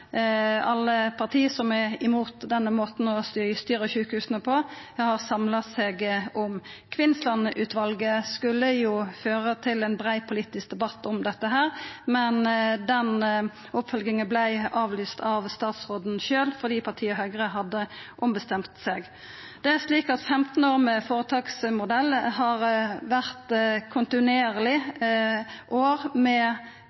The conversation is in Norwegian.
alle parti som er imot denne måten å styra sjukehusa på, kunne samla seg om. Kvinnsland-utvalet skulle jo føra til ein brei politisk debatt om dette, men den oppfølginga vart avlyst av statsråden sjølv fordi partiet Høgre hadde ombestemt seg. 15 år med føretaksmodell har vore 15 år med